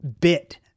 bit